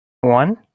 One